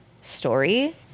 story